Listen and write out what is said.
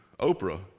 Oprah